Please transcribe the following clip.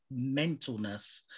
mentalness